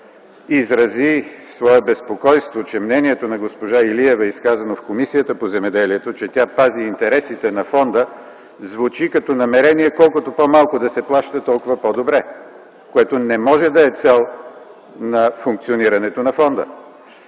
изрази свое безпокойство, че мнението на госпожа Илиева, изказано в Комисията по земеделието, че тя пази интересите на фонда звучи като намерение колкото по-малко да се плаща, толкова по-добре, което не може да е цел на функционирането на фонда.